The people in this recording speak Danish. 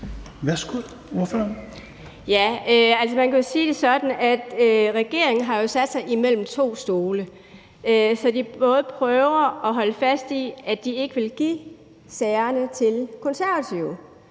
Susan Kronborg (RV): Man kan jo sige det sådan, at regeringen har sat sig imellem to stole, så de prøver at holde fast i, at de ikke vil give sagerne til Konservative.